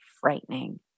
frightening